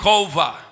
over